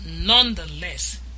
nonetheless